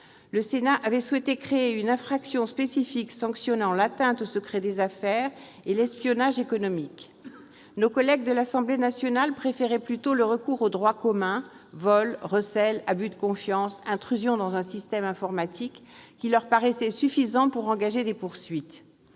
Le Sénat avait souhaité créer une infraction spécifique sanctionnant l'atteinte au secret des affaires et l'espionnage économique. Nos collègues de l'Assemblée nationale penchaient plutôt le recours au droit commun- vol, recel, abus de confiance, intrusion dans un système informatique -ces qualifications leur paraissant suffisantes pour engager des poursuites.